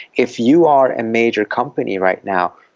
if you are a major company right now,